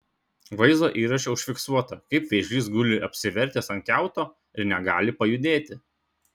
vaizdo įraše užfiksuota kaip vėžlys guli apsivertęs ant kiauto ir negali pajudėti